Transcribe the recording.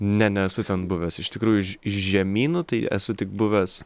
ne nesu ten buvęs iš tikrųjų iš žemynų tai esu tik buvęs